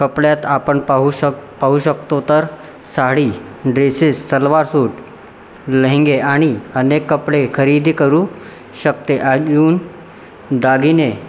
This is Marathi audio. कपड्यात आपण पाहू शक पाहू शकतो तर साडी ड्रेसीस सलवार सूट लहेंगे आणि अनेक कपडे खरेदी करू शकते अजून दागिने